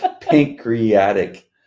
pancreatic